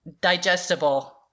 digestible